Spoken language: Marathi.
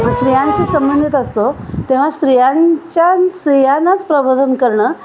स्त्रियांशी संबंधित असतो तेव्हा स्त्रियांच्या स्त्रियानाच प्रबोधन करणं